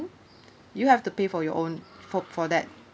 you have to pay for your own fault for that